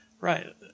Right